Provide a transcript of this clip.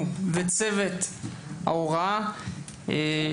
וצוות ההוראה הוא לדעתי מהחשובים ביותר.